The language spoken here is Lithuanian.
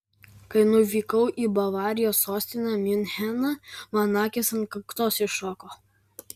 kai nuvykau į bavarijos sostinę miuncheną man akys ant kaktos iššoko